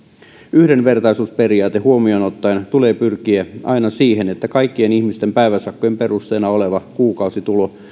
yhdenvertaisuusperiaate huomioon ottaen tulee pyrkiä aina siihen että kaikkien ihmisten päiväsakkojen perusteena oleva kuukausitulo